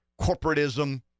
Corporatism